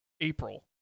April